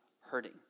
hurting